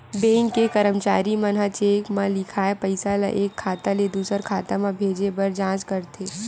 bank के करमचारी मन ह चेक म लिखाए पइसा ल एक खाता ले दुसर खाता म भेजे बर जाँच करथे